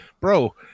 bro